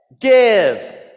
give